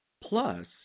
Plus